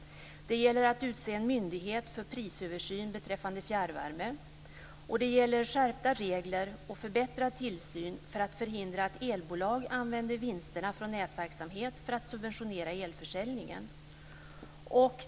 Det gäller att utse en myndighet för prisöversyn beträffande fjärrvärme. Det gäller skärpta regler och förbättrad tillsyn för att förhindra att elbolag använder vinsterna från nätverksamhet för att subventionera elförsäljningen.